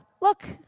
look